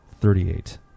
Thirty-eight